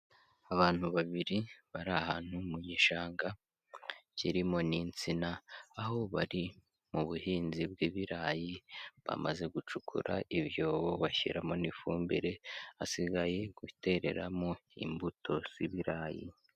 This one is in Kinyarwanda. Abantu babiri bari ahantu mu gishanga kirimo n'insina, aho bari mu buhinzi bw'ibirayi, bamaze gucukura ibyobo bashyiramo n'ifumbire hasigaye gutereramo imbuto z'ibirayi.